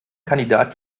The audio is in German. kandidat